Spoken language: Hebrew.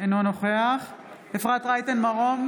אינו נוכח אפרת רייטן מרום,